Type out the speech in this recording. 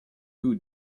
who